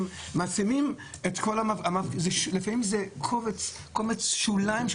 לפעמים זה קומץ שוליים,